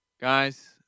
Guys